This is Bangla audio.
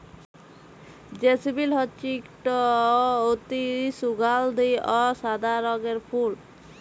জেসমিল হছে ইকট অতি সুগাল্ধি অ সাদা রঙের ফুল